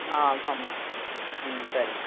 ஆ ஆமாம் ம் சரிங்க